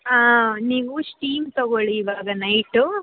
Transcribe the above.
ಹಾಂ ನೀವು ಸ್ಟೀಮ್ ತಗೊಳ್ಳಿ ಇವಾಗ ನೈಟು